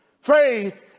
Faith